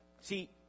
See